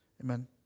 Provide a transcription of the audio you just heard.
Amen